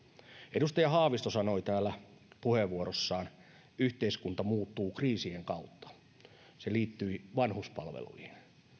edustaja haavisto sanoi täällä puheenvuorossaan että yhteiskunta muuttuu kriisien kautta se liittyi vanhuspalveluihin